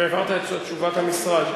והעברת את תשובת המשרד,